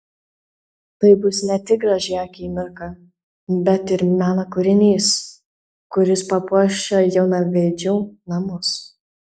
tai bus ne tik graži akimirka bet ir meno kūrinys kuris papuoš jaunavedžių namus